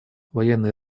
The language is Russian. военное